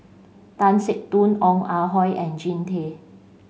Tan Teck Soon Ong Ah Hoi and Jean Tay